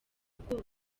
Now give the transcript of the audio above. konsa